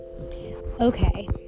okay